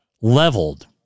leveled